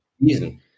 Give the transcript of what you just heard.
reason